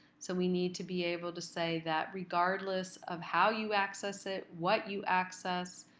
so we need to be able to say that regardless of how you access it, what you access,